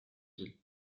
ville